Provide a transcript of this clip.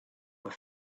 were